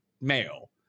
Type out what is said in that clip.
male